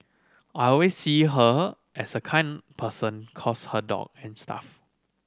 I always see her as a kind person cost her dog and stuff